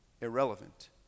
irrelevant